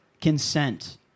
consent